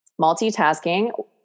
Multitasking